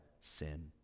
sin